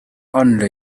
only